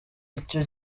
icyo